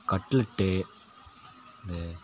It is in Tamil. கட்லெட்டு இந்த